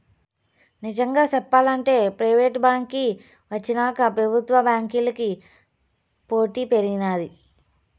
నిజంగా సెప్పాలంటే ప్రైవేటు బాంకీ వచ్చినాక పెబుత్వ బాంకీలకి పోటీ పెరిగినాది